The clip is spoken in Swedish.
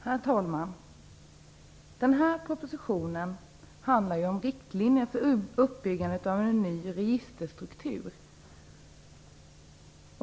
Herr talman! Den här propositionen handlar om riktlinjer för uppbyggandet av en ny registerstruktur.